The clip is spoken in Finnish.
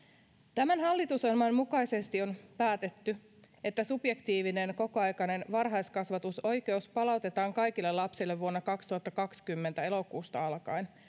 tämän hallitusohjelman mukaisesti on päätetty että subjektiivinen kokoaikainen varhaiskasvatusoikeus palautetaan kaikille lapsille vuonna kaksituhattakaksikymmentä elokuusta alkaen